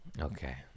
Okay